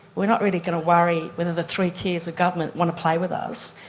we are not really going to worry whether the three tiers of government want to play with us,